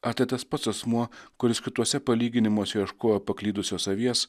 ar tai tas pats asmuo kuris kituose palyginimuose ieškojo paklydusios avies